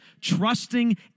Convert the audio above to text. trusting